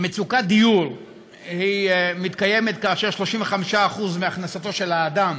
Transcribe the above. מצוקת דיור מתקיימת כאשר 35% מהכנסתו של האדם